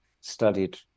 studied